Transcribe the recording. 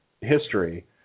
history